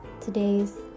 today's